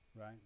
right